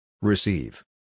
Receive